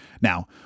Now